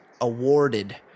awarded